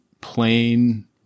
plain